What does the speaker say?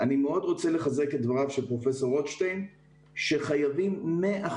כדי להזיז את הקווים האדומים של בית החולים סורוקה למעלה,